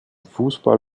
fußball